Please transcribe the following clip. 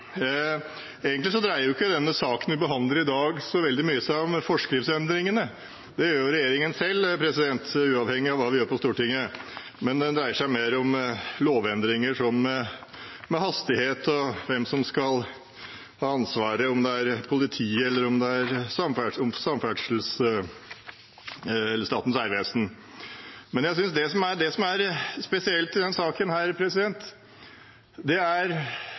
Egentlig dreier ikke denne saken vi behandler i dag, seg så veldig mye om forskriftsendringene. De gjør regjeringen selv, uavhengig av hva vi gjør på Stortinget. Den dreier seg mer om lovendringer med tanke på hastighet og hvem som skal ha ansvaret, om det er politiet eller om det er